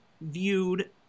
viewed